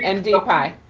and dpi,